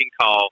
call